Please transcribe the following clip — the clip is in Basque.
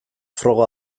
froga